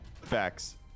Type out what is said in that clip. facts